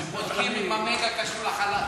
הם בודקים אם ה"מגה" קשור לחלל.